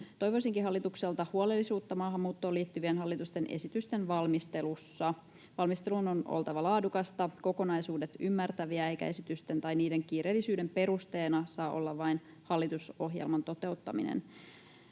Toivoisinkin hallitukselta huolellisuutta maahanmuuttoon liittyvien hallitusten esitysten valmistelussa. Valmistelun on oltava laadukasta ja kokonaisuudet ymmärtävää, eikä esitysten tai niiden kiireellisyyden perusteena saa olla vain hallitusohjelman toteuttaminen.